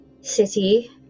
city